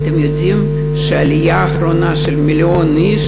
ואתם יודעים שהעלייה האחרונה של מיליון איש,